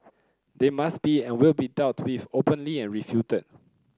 they must be and will be dealt with openly and refuted